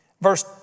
verse